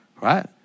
right